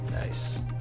Nice